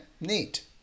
neat